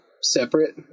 separate